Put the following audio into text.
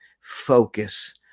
focus